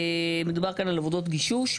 מדובר כאן על עבודות גישוש.